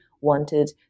wanted